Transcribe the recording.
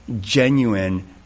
genuine